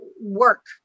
work